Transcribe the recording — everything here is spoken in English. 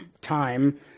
time